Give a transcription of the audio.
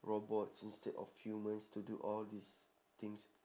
robots instead of humans to do all these things